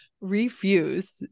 refuse